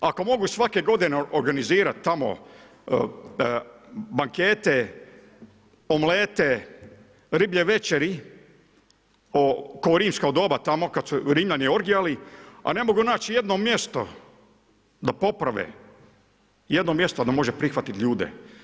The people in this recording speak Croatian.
Ako mogu svake godine organizirati tamo bankete, omlete, riblje večeri kao u rimsko doba tamo kad su Rimljani orgijali, a ne mogu naći jedno mjesto da poprave, jedno mjesto da može prihvatiti ljude.